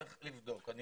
צריך לבדוק.